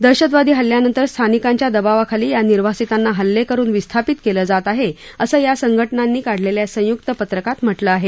दहशतवादी हल्ल्यानंतर स्थानिकांच्या दबावाखाली या निर्वासितांना हल्ले करून विस्थापित केलं जात आहे असं या संघटनांनी काढलेल्या संयुक्त पत्रकात म्हटलं आहे